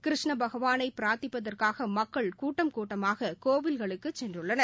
கிருஷ்ண பகவானை பிரார்த்திப்பதற்காக மக்கள் கூட்டம் கூட்டமாக கோவில்களுக்கு செல்கிறனர்